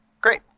Great